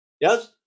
Yes